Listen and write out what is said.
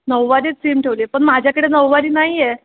नऊवारीच theme ठेवली आहे पण माझ्याकडे नऊवारी नाही आहे